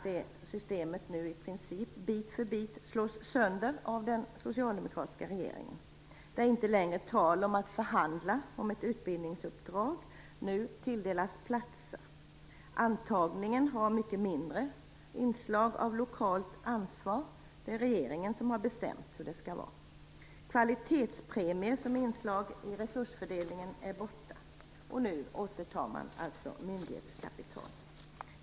Det systemet slås nu bit för bit sönder av den socialdemokratiska regeringen. Det är inte längre tal om att förhandla om ett utbildningsuppdrag, utan nu tilldelas platser. Antagningen har mycket mindre inslag av lokalt ansvar. Det är regeringen som har bestämt hur det skall vara. Kvalitetspremier som inslag i resursfördelningen är borta. Nu återtar man alltså myndighetskapitalet.